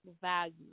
value